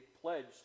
pledged